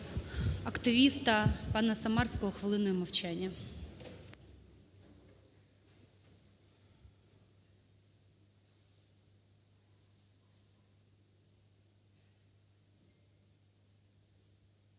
активіста пана Самарського хвилиною мовчання.